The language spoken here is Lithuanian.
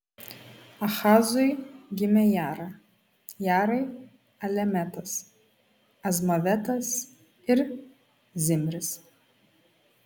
ahazui gimė jara jarai alemetas azmavetas ir zimris